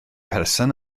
person